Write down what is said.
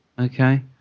Okay